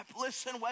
listen